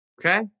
Okay